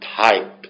type